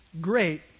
great